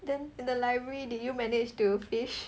then in the library did you manage to fish